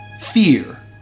fear